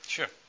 Sure